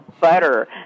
butter